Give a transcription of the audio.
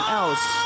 else